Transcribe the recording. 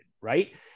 right